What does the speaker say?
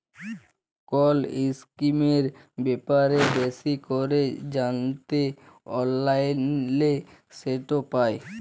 call ইসকিমের ব্যাপারে বেশি ক্যরে জ্যানতে অললাইলে সেট পায়